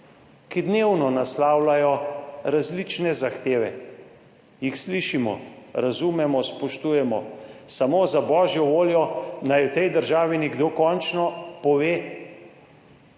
ki dnevno naslavljajo različne zahteve, jih slišimo, razumemo, spoštujemo, samo za božjo voljo, naj v tej državi nekdo končno pove,